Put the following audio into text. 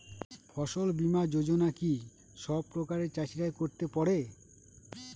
ফসল বীমা যোজনা কি সব প্রকারের চাষীরাই করতে পরে?